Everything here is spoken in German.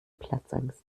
platzangst